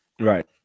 right